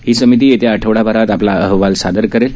ही समिती येत्या आठवडाभरात आपला अहवाल सादर करेल